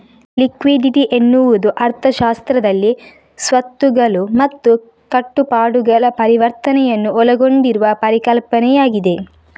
liquidity ಎನ್ನುವುದು ಅರ್ಥಶಾಸ್ತ್ರದಲ್ಲಿ ಸ್ವತ್ತುಗಳು ಮತ್ತು ಕಟ್ಟುಪಾಡುಗಳ ಪರಿವರ್ತನೆಯನ್ನು ಒಳಗೊಂಡಿರುವ ಪರಿಕಲ್ಪನೆಯಾಗಿದೆ